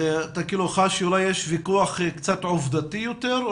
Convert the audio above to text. אתה חש שאולי יש ויכוח קצת עובדתי יותר,